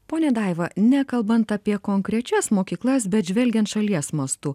ponia daiva nekalbant apie konkrečias mokyklas bet žvelgiant šalies mastu